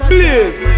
Please